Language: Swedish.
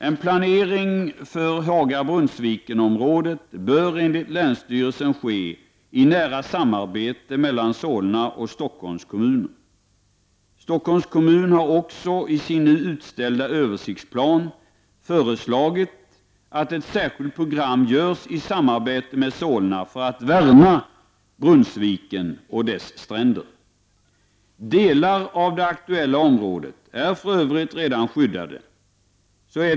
En planering för Haga-Brunnsviken-området bör enligt länsstyrelsen ske i nära samarbete mellan Solna och Stockholms kommuner. Stockholm kommun har också i sin nu utställda översiktsplan föreslagit att ett särskilt program görs i samarbete med Solna kommun för att värna Brunnsviken och dess stränder. Delar av det aktuella området är för övrigt redan skyddade.